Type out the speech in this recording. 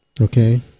Okay